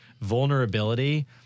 Vulnerability